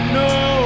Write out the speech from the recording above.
no